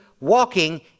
walking